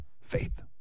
Faith